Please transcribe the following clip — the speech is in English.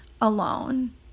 alone